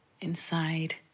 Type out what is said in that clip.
inside